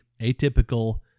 atypical